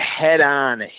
head-on